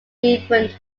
different